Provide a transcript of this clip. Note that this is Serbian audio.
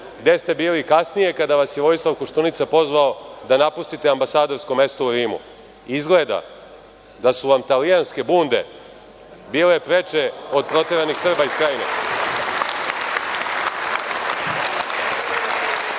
gde ste bili kasnije kada vas je Vojislav Koštunica pozvao da napustite ambasadorsko mesto u Rimu. Izgleda da su vam talijanske bunde bile preče od proteranih Srba iz Krajine.